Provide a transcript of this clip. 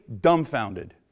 dumbfounded